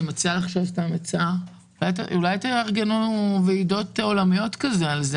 אולי תארגנו ועידות עולמיות על זה,